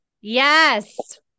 yes